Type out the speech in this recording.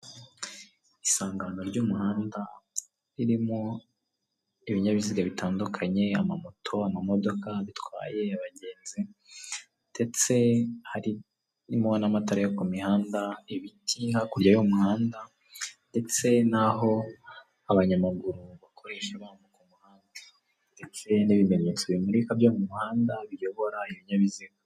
Isangano ry'umuhanda ririmo ibinyabiziga bitandukanye amamoto, amamodoka bitwaye abagenzi ndetse harimo n'amatara yo ku mihanda. ibiti hakurya y'umuhanda ndetse naho abanyamaguru bakoresha bambuka umuhanda ndetse n'ibimenyetso bimurika byo mu muhanda biyobora ibinyabiziga.